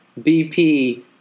BP